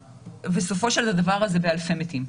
וסופו של הדבר הזה באלפי מתים.